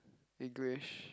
English